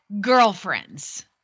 girlfriends